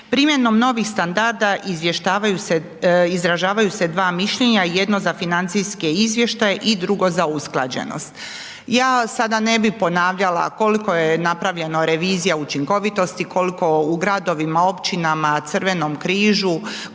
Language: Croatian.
Primjenom novih standarda izvještavaju se, izražavaju se dva mišljenja, jedno za financijske izvještaje i drugo za usklađenost. Ja sada ne bi ponavljala koliko je napravljeno revizija učinkovitosti, koliko u gradovima, općinama, Crvenom križu,